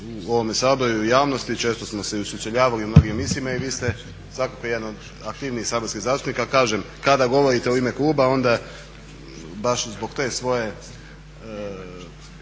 u ovome Saboru i u javnosti, često smo se i sučeljavali u mnogim emisijama i vi ste svakako jedan od aktivnijih saborskih zastupnika. Kažem, kada govorite u ime kluba onda baš zbog te svoje